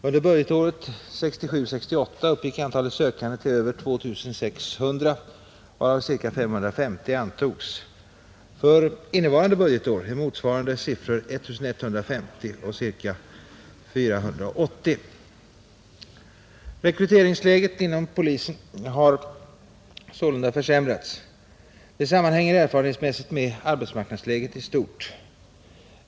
Under budgetåret 1967/68 uppgick antalet sökande till över 2 600, varav ca 550 antogs. För innevarande budgetår är motsvarande siffror ca 1150 och ca 480. Rekryteringsläget inom polisväsendet har sålunda försämrats. Detta sammanhänger erfarenhetsmässigt med arbetsmarknadsläget i stort.